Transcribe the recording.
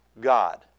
God